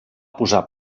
posar